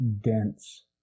dense